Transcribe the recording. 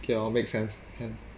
okay lor make sense ya